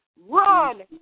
Run